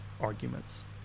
arguments